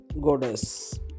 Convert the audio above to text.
Goddess